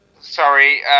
Sorry